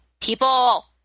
People